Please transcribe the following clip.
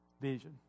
vision